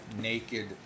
naked